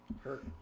Hurt